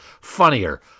funnier